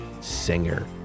Singer